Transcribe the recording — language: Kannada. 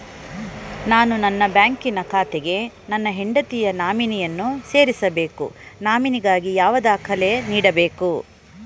ನಾನು ನನ್ನ ಬ್ಯಾಂಕಿನ ಖಾತೆಗೆ ನನ್ನ ಹೆಂಡತಿಯ ನಾಮಿನಿಯನ್ನು ಸೇರಿಸಬೇಕು ನಾಮಿನಿಗಾಗಿ ಯಾವ ದಾಖಲೆ ನೀಡಬೇಕು?